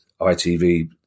itv